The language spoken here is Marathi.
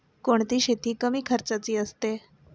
कोणती शेती कमी खर्चाची असते?